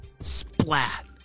Splat